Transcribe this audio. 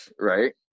Right